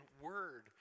word